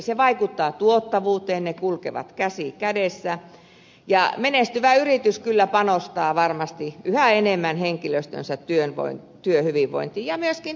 se vaikuttaa tuottavuuteen ne kulkevat käsi kädessä ja menestyvä yritys kyllä panostaa varmasti yhä enemmän henkilöstönsä työhyvinvointiin ja myöskin toisinpäin